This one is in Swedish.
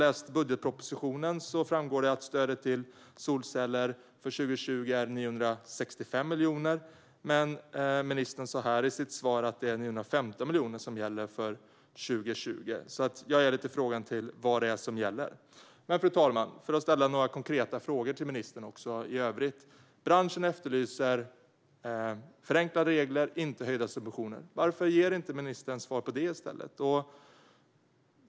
I budgetpropositionen framgår det att stödet till solceller för 2020 är 965 miljoner, men ministern sa här i sitt svar att det är 915 miljoner som gäller för 2020. Jag är alltså lite frågande till vad som gäller. Fru talman! För att ställa några konkreta frågor till ministern i övrigt: Branschen efterlyser förenklade regler, inte höjda subventioner. Varför ger inte ministern svar om detta i stället?